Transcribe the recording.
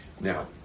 Now